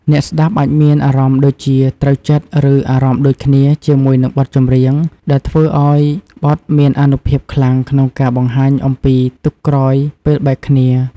អ្នកស្តាប់អាចមានអារម្មណ៍ដូចជា "ត្រូវចិត្ត" ឬ "អារម្មណ៍ដូចគ្នា" ជាមួយនឹងបទចម្រៀង ដែលធ្វើឲ្យបទមានអានុភាពខ្លាំងក្នុងការបង្ហាញអំពីទុក្ខក្រោយពេលបែកគ្នា។